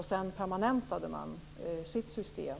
Sedan permanentade man sitt system.